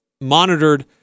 monitored